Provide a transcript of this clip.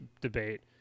debate